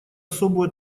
особую